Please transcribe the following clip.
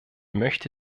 möchte